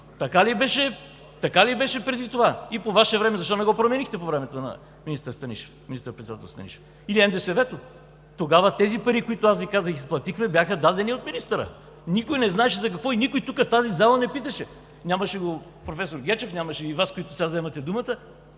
Така ли беше преди това и по Ваше време? Защо не го променихте по времето на министър-председателя Станишев? Или НДСВ? Тогава тези пари, които аз Ви казах, изплатихме – бяха дадени от министъра, никой не знаеше за какво и никой в тази зала не питаше. Нямаше го професор Гечев, нямаше Ви и Вас – тези, които сега вземате думата,